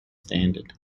standard